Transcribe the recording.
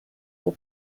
will